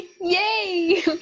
Yay